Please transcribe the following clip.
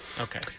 Okay